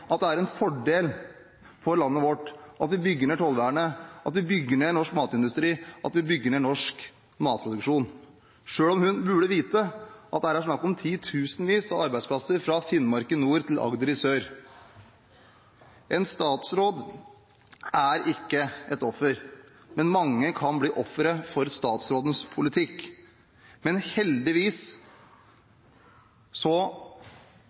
at det er en fordel for landet vårt at vi bygger ned tollvernet, at vi bygger ned norsk matindustri, at vi bygger ned norsk matproduksjon, selv om hun burde vite at det her er snakk om titusenvis av arbeidsplasser fra Finnmark i nord til Agder i sør. En statsråd er ikke et offer, men mange kan bli ofre for statsrådens politikk. Men heldigvis